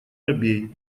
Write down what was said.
робей